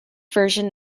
version